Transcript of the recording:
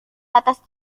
atas